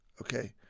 Okay